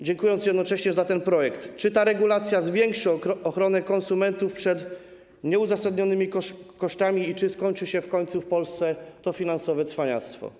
Dziękując jednocześnie za ten projekt, chciałbym zapytać, czy ta regulacja zwiększy ochronę konsumentów przed nieuzasadnionymi kosztami i czy skończy się w Polsce to finansowe cwaniactwo.